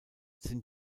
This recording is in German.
sind